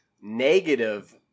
negative